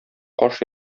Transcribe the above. каш